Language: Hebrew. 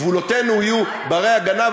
גבולותינו יהיו בני-הגנה,